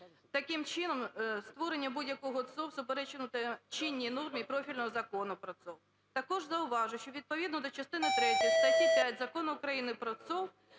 Таким чином створення будь-якого ЦОВВ суперечитиме чинній нормі профільного Закону про ЦОВВ. Також зауважу, що відповідно до частини третьої статті 5 Закону України про ЦОВВ